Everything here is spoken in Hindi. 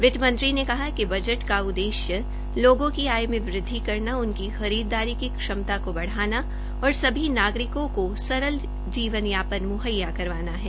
वित्त मंत्री ने कहा कि बजट का उददेश्य लोगों की आय में वुद्धि करना उनकी खरीददारी की क्षमता को बढाना और सभी नागरिकों को सरल जीवनयापन मुहैया करवाना है